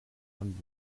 von